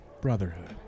brotherhood